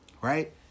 Right